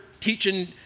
teaching